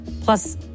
Plus